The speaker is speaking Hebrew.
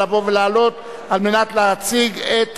לבוא ולעלות כדי להציג את